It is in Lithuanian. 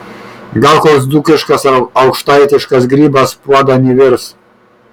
gal koks dzūkiškas ar aukštaitiškas grybas puodan įvirs